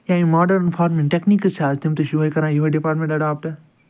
یا یِم modern farming techniques چھِ اَز تِم تہِ چھُ یِہَے کَران یِہَے ڈِپارٹمٮ۪نٛٹ ایڈاپٹہٕ